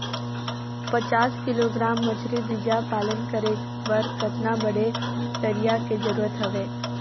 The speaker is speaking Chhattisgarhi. पचास किलोग्राम मछरी बीजा पालन करे बर कतका बड़े तरिया के जरूरत हवय?